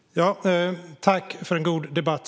Jag vill som sagt tacka för en god debatt.